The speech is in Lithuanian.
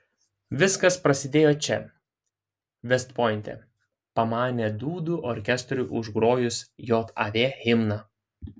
viskas prasidėjo čia vest pointe pamanė dūdų orkestrui užgrojus jav himną